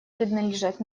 принадлежать